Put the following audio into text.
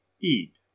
eat